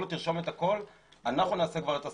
לו לרשום את הכול והם יעשו כבר את הסינון.